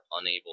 unable